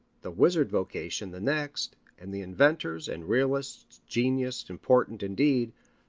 the wizard vocation the next, and the inventors' and realists' genius important indeed,